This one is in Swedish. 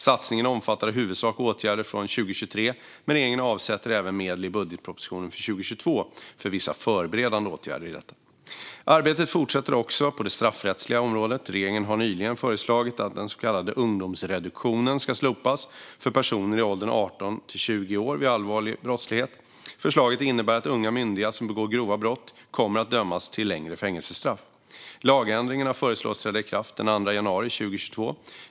Satsningen omfattar i huvudsak åtgärder från 2023, men regeringen avsätter även medel i budgetpropositionen för 2022 för vissa förberedande åtgärder. Arbetet fortsätter också på det straffrättsliga området. Regeringen har nyligen föreslagit att den så kallade ungdomsreduktionen ska slopas för personer i åldern 18-20 år vid allvarlig brottslighet. Förslaget innebär att unga myndiga som begår grova brott kommer att dömas till längre fängelsestraff. Lagändringarna föreslås träda i kraft den 2 januari 2022.